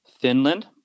Finland